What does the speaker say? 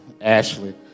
Ashley